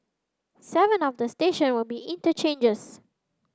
seven of the station will be interchanges